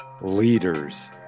leaders